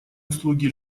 услуги